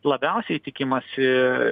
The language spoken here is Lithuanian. labiausiai tikimasi